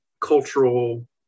cultural